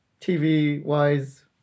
TV-wise